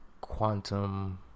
quantum